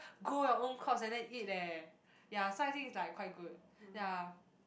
grow your own crops and then eat eh ya so I think is like quite good ya